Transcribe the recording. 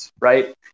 right